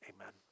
Amen